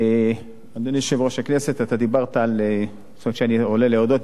אדוני יושב-ראש הכנסת, אמרת שאני עולה להודות.